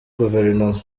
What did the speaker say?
guverinoma